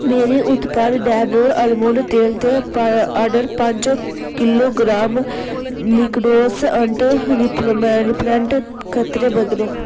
मेरे उत्पाद डाबर आलमंड तेल दे ऑर्डर पंज किलोग्राम मिकाडोज ऐंट रिपलोमें रिपलैंट कतरे बदलो